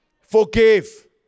Forgive